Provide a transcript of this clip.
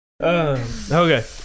Okay